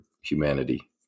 humanity